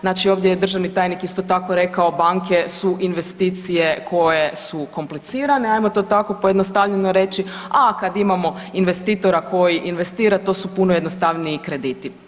Znači ovdje je državni tajnik isto tako rekao banke su investicije koje su komplicirane, ajmo to tako pojednostavljeno reći, a kada imamo investitora koji investira to su puno jednostavniji krediti.